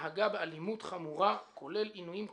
נהגה באלימות חמורה, כולל עינויים קשים,